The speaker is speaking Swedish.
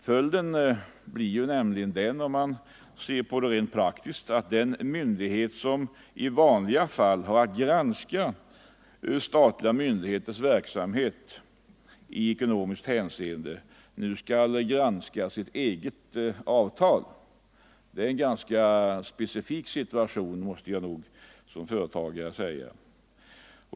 Följden blir nämligen den, om man ser på detta rent praktiskt, att den myndighet som i vanliga fall har att granska statliga myndigheters verksamhet i ekonomiskt hänseende nu skall granska sitt eget avtal. Det är en ganska unik situation — det måste jag nog som företagare säga.